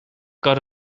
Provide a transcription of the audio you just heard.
got